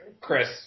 Chris